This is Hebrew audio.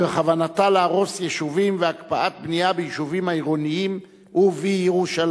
כוונתה להרוס יישובים והקפאת הבנייה ביישובים העירוניים ובירושלים.